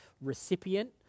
recipient